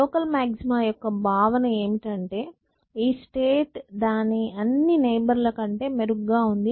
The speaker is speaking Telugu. లోకల్ మాగ్జిమా యొక్క భావన ఏమిటంటే ఈ స్టేట్ దాని అన్ని నైబర్ ల కంటే మెరుగ్గా ఉంది అని అర్థం